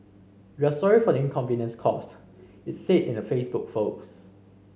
we are sorry for the inconvenience caused it said in a Facebook